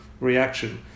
reaction